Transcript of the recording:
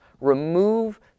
remove